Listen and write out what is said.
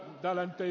täällä ei